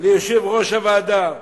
ליושב-ראש הוועדה